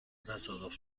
تصادف